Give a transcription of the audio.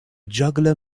juggler